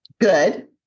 good